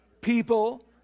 people